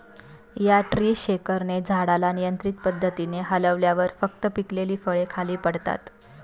या ट्री शेकरने झाडाला नियंत्रित पद्धतीने हलवल्यावर फक्त पिकलेली फळे खाली पडतात